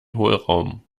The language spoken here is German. hohlraum